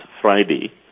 Friday